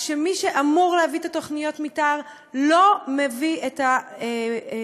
כשמי שאמור להביא את תוכניות המתאר לא מביא את התוכניות